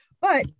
but-